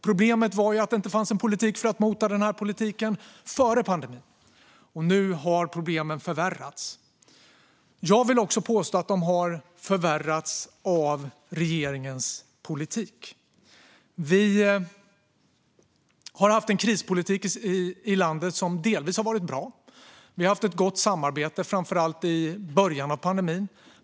Problemet är att det inte fanns en politik för att mota de här problemen före pandemin, och nu har problemen förvärrats. Jag vill påstå att de har förvärrats också av regeringens politik. Vi har haft en krispolitik i landet som delvis har varit bra. Vi har haft ett gott samarbete, framför allt i början av pandemin.